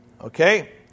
Okay